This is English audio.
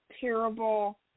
terrible